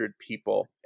people